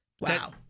wow